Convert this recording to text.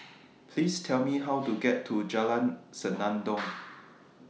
Please Tell Me How to get to Jalan Senandong